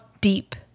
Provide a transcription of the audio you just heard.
deep